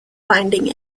finding